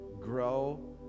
grow